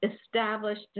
established